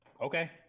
Okay